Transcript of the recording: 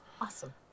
Awesome